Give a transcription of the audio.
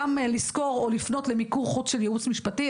גם לשכור או לפנות למיקור של ייעוץ משפטי,